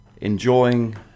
enjoying